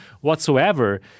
whatsoever